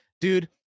dude